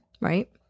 right